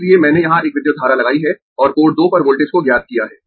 इसलिए मैंने यहां एक विद्युत धारा लगाई है और पोर्ट 2 पर वोल्टेज को ज्ञात किया है